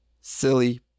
silly